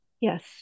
yes